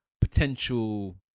potential